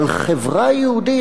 אבל חברה יהודית,